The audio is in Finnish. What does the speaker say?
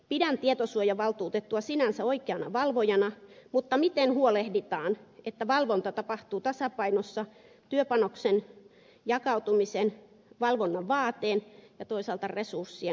pidän tietosuojavaltuutettua sinänsä oikeana valvojana mutta miten huolehditaan siitä että valvonta tapahtuu tasapainossa työpanoksen jakautumisen valvonnan vaateen ja toisaalta resurssien osalta